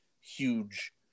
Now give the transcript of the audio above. huge